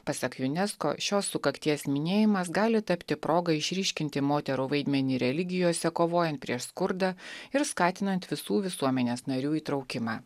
pasak unesco šios sukakties minėjimas gali tapti proga išryškinti moterų vaidmenį religijose kovojant prieš skurdą ir skatinant visų visuomenės narių įtraukimą